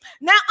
Now